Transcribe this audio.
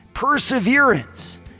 perseverance